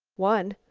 one.